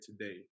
today